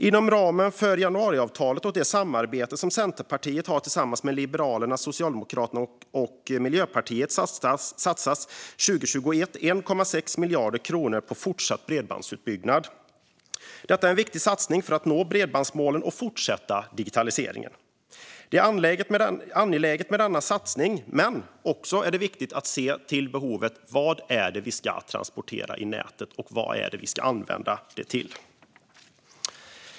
Inom ramen för januariavtalet och det samarbete som Centerpartiet har tillsammans med Liberalerna, Socialdemokraterna och Miljöpartiet satsas 2021 1,6 miljarder kronor på en fortsatt bredbandsutbyggnad. Detta är en viktig satsning för att vi ska nå bredbandsmålen och fortsätta digitaliseringen. Det är angeläget med denna satsning, men det är också viktigt att se till behovet: Vad är det vi ska transportera i nätet, och vad är det vi ska använda det till?